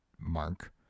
mark